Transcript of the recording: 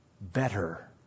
better